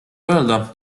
öelda